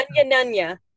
Nanya